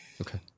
Okay